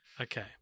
Okay